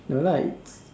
no lah it's